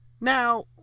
Now